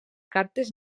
cartes